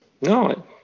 No